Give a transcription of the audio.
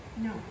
No